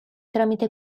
tramite